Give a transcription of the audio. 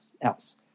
else